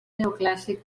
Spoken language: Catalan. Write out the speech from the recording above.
neoclàssic